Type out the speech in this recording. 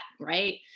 right